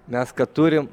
mes ką turim